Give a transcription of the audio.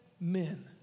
men